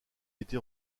été